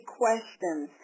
questions